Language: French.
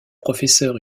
professeur